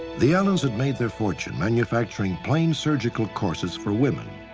the allens had made their fortune manufacturing plain surgical corsets for women,